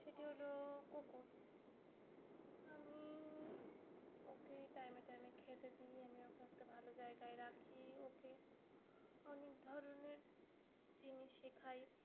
সেটি হলো কুকুর আমি ওকে টাইমে টাইমে খেতে দিই আমি ওকে একটা ভালো জায়গায় রাখি ওকে অনেক ধরনের জিনিস শেখাই